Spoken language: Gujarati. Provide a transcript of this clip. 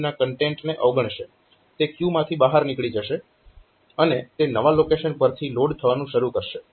તે ક્યુ માંથી બહાર નીકળી જશે અને તે નવા લોકેશન પરથી લોડ થવાનું શરૂ કરશે